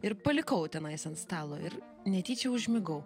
ir palikau tenais ant stalo ir netyčia užmigau